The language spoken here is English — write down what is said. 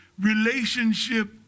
relationship